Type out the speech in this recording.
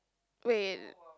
wait